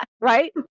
right